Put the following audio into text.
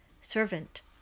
Servant